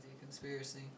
conspiracy